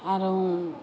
আৰু